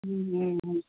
ம் ம் ம்